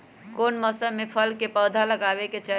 कौन मौसम में फल के पौधा लगाबे के चाहि?